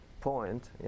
point